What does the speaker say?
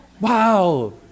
wow